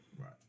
Right